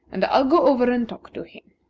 and i'll go over and talk to him.